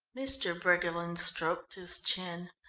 mr. briggerland stroked his chin.